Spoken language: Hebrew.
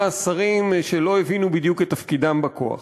שרים שלא הבינו בדיוק את תפקידם בכוח.